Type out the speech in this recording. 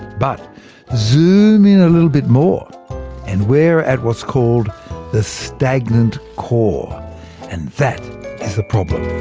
but zoom in a little bit more and we're at what's called the stagnant core and that is the problem.